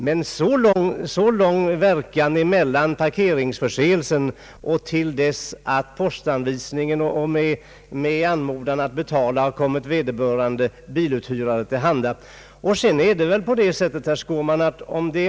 Men den tiden torde inte vara så lång att anmodan till vederbörande biluthyrare att verkställa inbetalning av bötesbeloppet blir utan verkan.